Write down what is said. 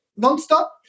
nonstop